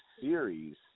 series